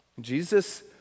Jesus